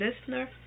listener